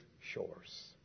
shores